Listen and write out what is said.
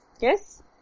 Yes